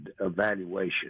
evaluation